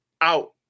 out